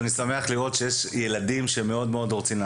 אני שמח לראות שיש ילדים שמאוד רוצים להצליח.